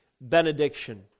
benediction